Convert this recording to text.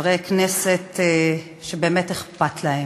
חברי כנסת שבאמת אכפת להם,